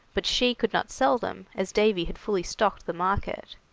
but she could not sell them, as davy had fully stocked the market.